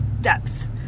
depth